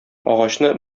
агачны